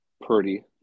Purdy